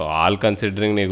all-considering